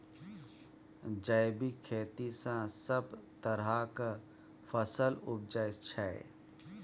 जैबिक खेती सँ सब तरहक फसल उपजै छै